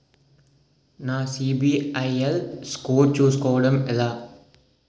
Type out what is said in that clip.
నా CIBIL score చుస్కోవడం ఎలా?